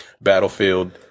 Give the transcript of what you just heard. Battlefield